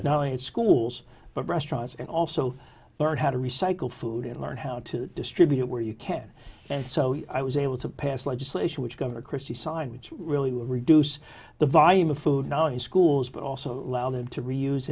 now and schools but restaurants and also learn how to recycle food and learn how to distribute where you can so i was able to pass legislation which governor christie saw and which really will reduce the volume of food now in schools but also allow them to reuse